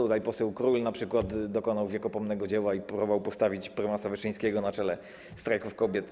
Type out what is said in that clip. Tutaj poseł Król np. dokonał wiekopomnego dzieła i próbował postawić prymasa Wyszyńskiego na czele strajków kobiet.